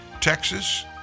Texas